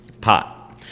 Pot